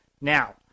Now